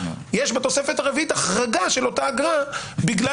יש בתוספת הרביעית החרגה של אותה אגרה בגלל